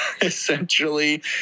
essentially